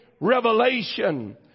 revelation